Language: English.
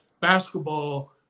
basketball